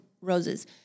roses